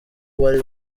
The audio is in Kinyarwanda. bari